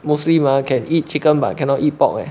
muslim ah can eat chicken but cannot eat pork eh